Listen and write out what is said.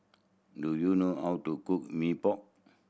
do you know how to cook Mee Pok